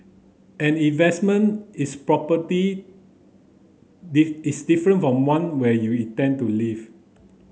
an investment is property is different from one where you intend to live